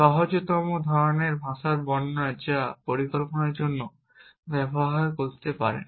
সহজতম ধরনের ভাষা বর্ণনা যা আপনি পরিকল্পনার জন্য ব্যবহার করতে পারেন